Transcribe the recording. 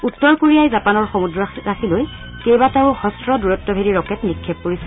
উত্তৰ কোৰিয়াই জাপানৰ সমুদ্ৰৰাশিলৈ কেইবাটাও হ্ৰস্ব দূৰত্ব ভেদি ৰকেট নিক্ষেপ কৰিছে